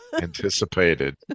Anticipated